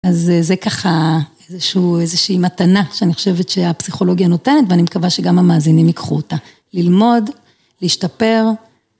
אז זה ככה איזושהי מתנה שאני חושבת שהפסיכולוגיה נותנת, ואני מקווה שגם המאזינים ייקחו אותה ללמוד, להשתפר.